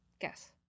Guess